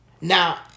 Now